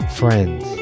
friends